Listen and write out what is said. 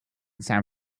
san